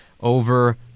over